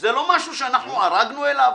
זה לא משהו שאנחנו ערגנו אליו.